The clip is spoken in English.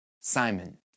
Simon